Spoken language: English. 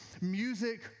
music